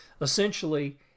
essentially